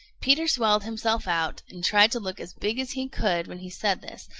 peter swelled himself out and tried to look as big as he could when he said this,